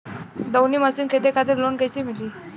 दऊनी मशीन खरीदे खातिर लोन कइसे मिली?